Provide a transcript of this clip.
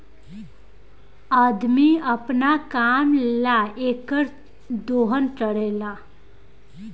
अदमी अपना काम ला एकर दोहन करेला